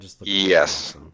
Yes